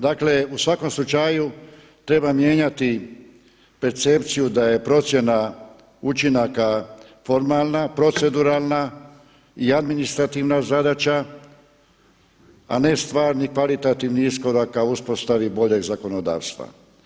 Dakle u svakom slučaju treba mijenjati percepciju da je procjena učinaka formalna, proceduralna i administrativna zadaća a ne stvari paritativni iskorak ka uspostavi boljeg zakonodavstva.